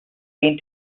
been